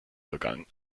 vergangen